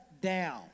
down